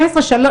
12,000,